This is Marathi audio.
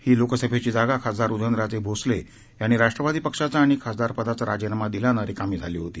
ही लोकसभेची जागा खासदार उदयन राजे भोसले यांनी राष्ट्रवादी पक्षाचा आणि खासदारपदाचा राजीनामा दिल्यानं रिकामी झाली होती